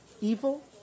evil